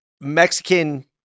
Mexican